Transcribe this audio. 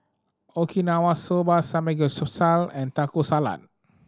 Okinawa Soba and Taco Salad